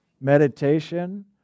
Meditation